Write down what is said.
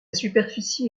superficie